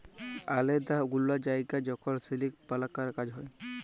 আলেদা গুলা জায়গায় যখল সিলিক বালাবার কাজ হ্যয়